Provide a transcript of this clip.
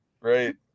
right